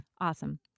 awesome